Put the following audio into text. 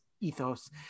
ethos